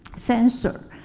sensor.